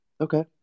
Okay